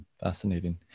Fascinating